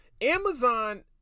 amazon